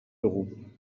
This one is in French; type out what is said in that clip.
leroux